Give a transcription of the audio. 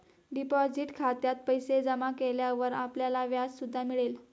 deposit खात्यात पैसे जमा केल्यावर आपल्याला व्याज सुद्धा मिळेल